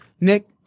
Nick